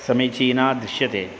समीचीना दृश्यते